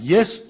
Yes